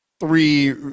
three